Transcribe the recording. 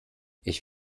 ich